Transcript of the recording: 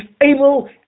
able